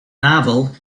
novel